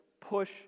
push